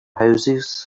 houses